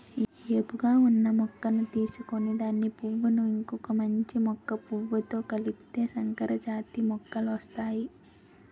ఏపుగా ఉన్న మొక్క తీసుకొని దాని పువ్వును ఇంకొక మంచి మొక్క పువ్వుతో కలిపితే సంకరజాతి మొక్కలొస్తాయి